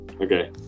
okay